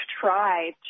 try